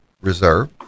reserve